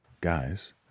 guys